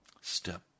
step